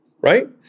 right